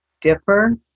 differ